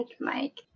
Mike